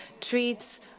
treats